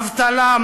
אבטלה,